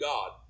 God